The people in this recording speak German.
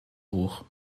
hoch